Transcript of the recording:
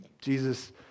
Jesus